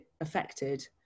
affected